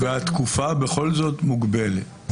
התקופה בכל זאת מוגבלת.